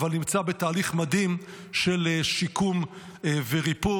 אבל נמצא בתהליך מדהים של שיקום וריפוי.